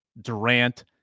Durant